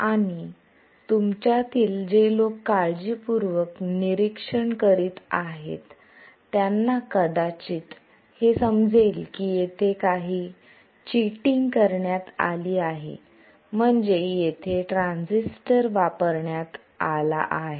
आणि तुमच्यातील जे लोक काळजीपूर्वक निरीक्षण करीत आहेत त्यांना कदाचित हे समजेल की येथे काही चीटिंग करण्यात आली आहे म्हणजे येथे ट्रान्झिस्टर वापरण्यात आला आहे